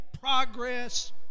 progress